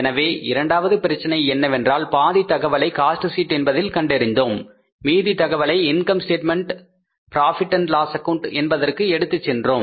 எனவே இரண்டாவது பிரச்சினை என்னவென்றால் பாதி தகவலை காஸ்ட் ஷீட் என்பதில் கண்டறிந்தோம் மீதி தகவலை income statement profit and loss account Profit Loss Account என்பதற்கு எடுத்துச் சென்றோம்